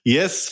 Yes